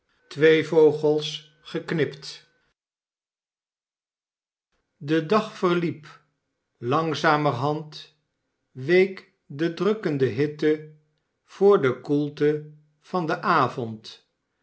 twee vogels geknipt de dag verliep langzamerhand week de drukkende hitte voor de koelte van den avond